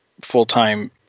full-time